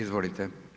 Izvolite.